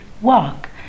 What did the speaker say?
walk